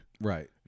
Right